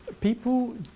People